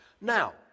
Now